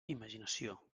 imaginació